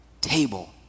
table